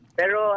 pero